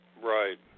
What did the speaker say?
Right